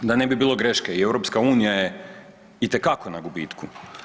Da ne bi bilo greške i EU je itekako na gubitku.